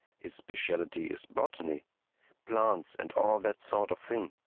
his specialty is botany plants and all that sort of thing.